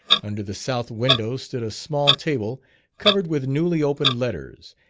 under the south window stood a small table covered with newly opened letters,